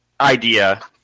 idea